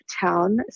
town